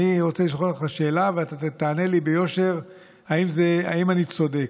אני רוצה לשאול אותך שאלה ואתה תענה לי ביושר אם אני צודק.